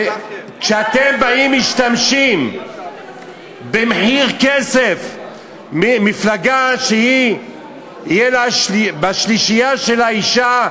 כשאתם באים ומשתמשים במחיר כסף למפלגה שתהיה בשלישייה שלה אישה,